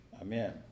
Amen